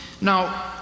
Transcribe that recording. Now